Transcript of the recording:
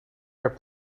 are